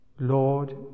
Lord